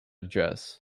address